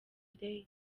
day